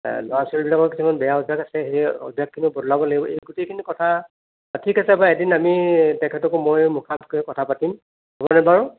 ল'ৰা ছোৱালীবিলাকৰ কিছুমানৰ বেয়া অভ্যাস আছে সেই অভ্যাসখিনি বদলাব লাগিব এই গোটেইখিনি কথা ঠিক আছে বাৰু এদিন আমি তেখেতকো মই মুখামুখিকৈ কথা পাতিম হ'বনে বাৰু